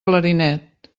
clarinet